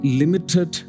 limited